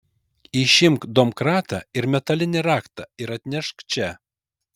išimk domkratą ir metalinį raktą ir atnešk čia